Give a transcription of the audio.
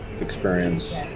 experience